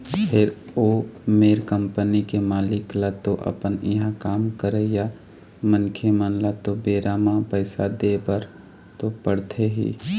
फेर ओ मेर कंपनी के मालिक ल तो अपन इहाँ काम करइया मनखे मन ल तो बेरा म पइसा देय बर तो पड़थे ही